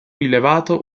rilevato